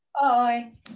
Bye